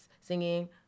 singing